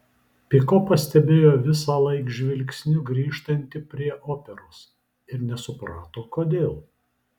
piko pastebėjo visąlaik žvilgsniu grįžtanti prie operos ir nesuprato kodėl